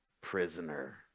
prisoner